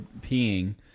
peeing